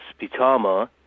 Spitama